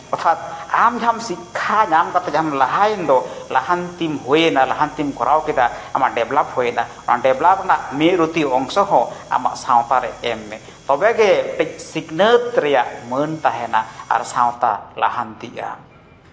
ᱚᱨᱛᱷᱟᱛ ᱟᱢ ᱡᱟᱦᱟᱸᱢ ᱥᱤᱠᱠᱷᱟ ᱧᱟᱢ ᱠᱟᱛᱮᱫ ᱡᱟᱦᱟᱸᱢ ᱞᱟᱦᱟᱭᱮᱱ ᱫᱚ ᱞᱟᱦᱟᱱᱛᱤᱢ ᱦᱩᱭ ᱮᱱᱟ ᱞᱟᱦᱟᱱᱛᱤᱢ ᱠᱚᱨᱟᱣ ᱠᱮᱫᱟ ᱟᱢᱟᱜ ᱰᱮᱵᱷᱞᱚᱯ ᱦᱩᱭ ᱮᱱᱟ ᱚᱱᱟ ᱰᱮᱵᱷᱞᱚᱯ ᱨᱮᱱᱟᱜ ᱢᱤᱫ ᱨᱩᱛᱤ ᱚᱝᱥᱚ ᱦᱚᱸ ᱟᱢᱟᱜ ᱥᱟᱶᱛᱟ ᱨᱮ ᱮᱢ ᱢᱮ ᱛᱚᱵᱮᱜᱮ ᱢᱤᱫᱴᱤᱡ ᱥᱤᱠᱷᱱᱟᱹᱛ ᱨᱮᱭᱟᱜ ᱢᱟᱹᱱ ᱛᱟᱦᱮᱱᱟ ᱟᱨ ᱥᱟᱶᱛᱟ ᱞᱟᱦᱟᱱᱛᱤᱜᱼᱟ